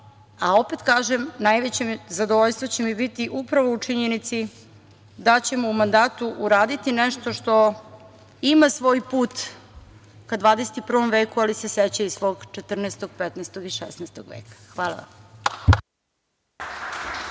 Opet kažem, najveće zadovoljstvo će mi biti upravo u činjenici da ćemo u mandatu uraditi nešto što ima svoj put ka 21. veku, ali se seća i svog 14, 15. i 16. veka. Hvala vam.